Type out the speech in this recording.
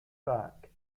back